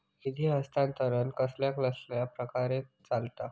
निधी हस्तांतरण कसल्या कसल्या प्रकारे चलता?